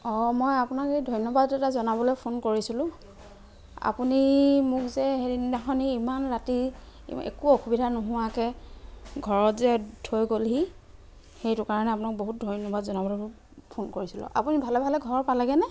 অঁ মই আপোনাক এই ধন্যবাদ এটা জনাবলৈ ফোন কৰিছিলোঁ আপুনি মোক যে সেইদিনাখন ইমান ৰাতি একো অসুবিধা নোহোৱাকৈ ঘৰত যে থৈ গ'লহি সেইটো কাৰণে আপোনাক বহুত ধন্যবাদ জনাবলৈ ফোন কৰিছিলোঁ আপুনি ভালে ভালে ঘৰ পালেগৈ নে